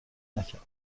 نکرد